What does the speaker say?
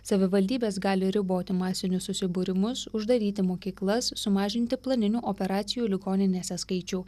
savivaldybės gali riboti masinius susibūrimus uždaryti mokyklas sumažinti planinių operacijų ligoninėse skaičių